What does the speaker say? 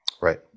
Right